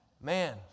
Man